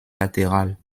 latérales